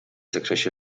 zakresie